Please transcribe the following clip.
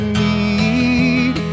need